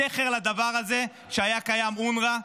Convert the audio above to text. זכר לדבר הזה שהיה קיים, אונר"א,